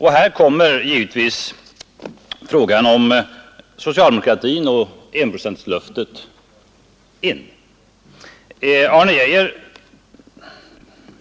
Här kommer frågan om socialdemokratin och enprocentslöftet in.